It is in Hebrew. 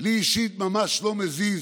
ממש לא מזיז